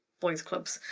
boys' clubs.